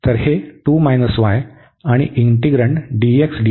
तर हे 2 y आणि इंटिग्रन्ड dx dy